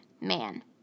man